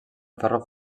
ferro